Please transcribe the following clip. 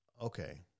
okay